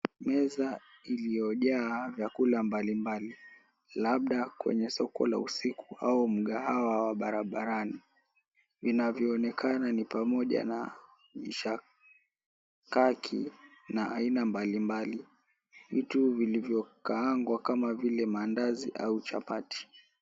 Meza iliyojaa vyakula mbalimbali labda kwenye soko la usiku au mgahawa wa barabarani. Vinavyoonekana ni pamoja ni mishikaki na aina mbalilbali, vitu vilivyokaangwa kama vile mandazi au chapati.